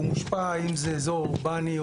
הוא מושפע אם זה אזור אורבני,